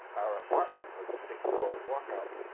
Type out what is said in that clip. our apartment was the sixth-floor walk-up.